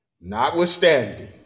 notwithstanding